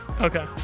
Okay